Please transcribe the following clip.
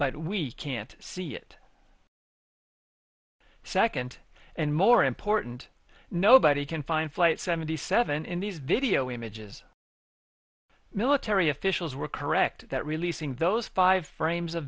but we can't see it second and more important nobody can find flight seventy seven in these video images military officials were correct that releasing those five frames of